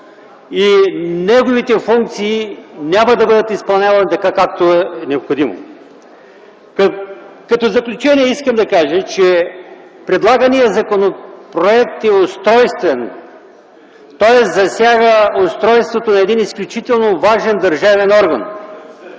и неговите функции няма да бъдат изпълнявани така както е необходимо. Като заключение искам да кажа, че предлаганият законопроект е устройствен, той засяга устройството на един изключително важен държавен орган.